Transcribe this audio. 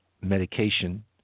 medication